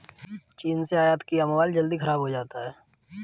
चीन से आयत किया मोबाइल जल्दी खराब हो जाता है